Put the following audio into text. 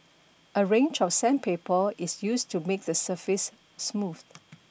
a range of sandpaper is used to make the surface smooth